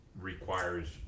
requires